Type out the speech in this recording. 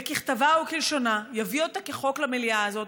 וככתבה וכלשונה יביא אותה כחוק למליאה הזאת